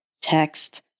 text